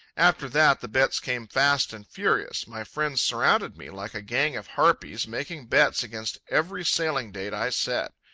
after that the bets came fast and furious. my friends surrounded me like a gang of harpies, making bets against every sailing date i set.